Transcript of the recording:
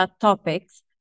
topics